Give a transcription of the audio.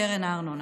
קרן הארנונה.